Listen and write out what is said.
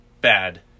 bad